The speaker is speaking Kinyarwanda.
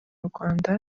rwanda